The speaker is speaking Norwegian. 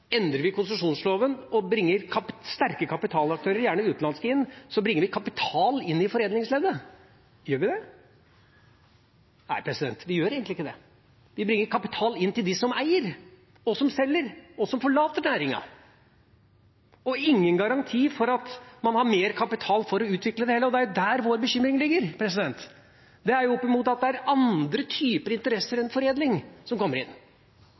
endrer vi konsesjonsloven og bringer inn sterke kapitalaktører – gjerne utenlandske – bringer vi kapital inn i foredlingsleddet. Gjør vi det? Nei, vi gjør egentlig ikke det. Vi bringer kapital inn til dem som eier, og som selger – og som forlater næringen. Det er ingen garanti for at man har mer kapital for å utvikle det hele. Og det er der vår bekymring ligger, at det er andre typer interesser enn foredling som kommer inn.